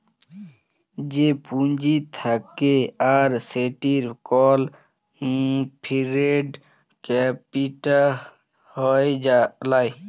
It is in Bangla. যে পুঁজি থাক্যে আর সেটির কল ফিক্সড ক্যাপিটা হ্যয় লায়